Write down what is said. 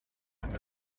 and